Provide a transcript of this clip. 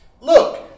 look